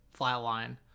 flatline